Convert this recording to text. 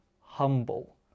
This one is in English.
humble